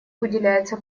уделяется